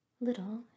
Little